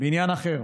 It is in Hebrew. בעניין אחר,